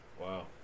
Wow